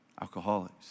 alcoholics